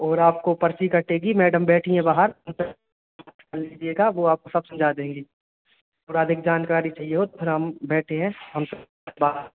और आपको पर्ची कटेगी मैडम बैठी हैं बाहर वह आपको सब समझा देंगी पुरानी जानकारी चाहिए हो फिर हम बैठे हैं बाहर